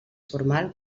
formal